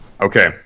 Okay